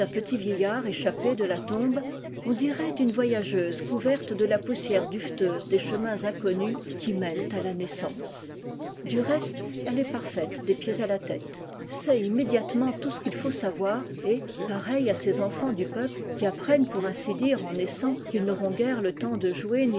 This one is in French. vieillard érh x pé dé la tombe on dirait d'une voyae couverte de la poussière duveteuse des mins inconnus qui mènent h la naissance i reste elle est parfaite des pieds à la tête c'est immédiatement tout ce qu'il faut savoir et pareille à ces enfants du peuple qui apprennent pour ainsi dire en naissant qu'ils n'auront guère le temps de jouer